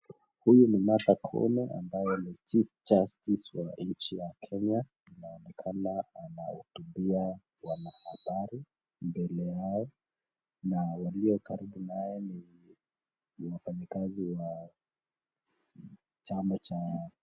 Huyu ni Martha Koome ambaye ni chief justice wa Kenya, inaonekana anawahutubia wanahabari mbele yao na walio karibu naye ni wafanyikzii wa chama cha.